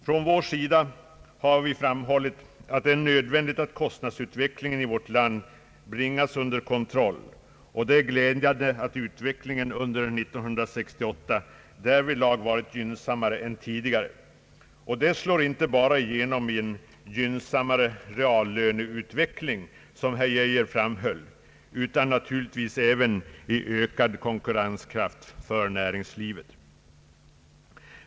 Folkpartiet har framhållit att det är nödvändigt att kostnadsutvecklingen i vårt land bringas under kontroll, och det är glädjande att utvecklingen under 1968 därvidlag varit gynnsammare än tidigare. Och det slår igenom inte bara i en gynnsammare reallöneutveckling, som herr Geijer framhöll, utan naturligtvis även i ökad konkurrenskraft för näringslivet.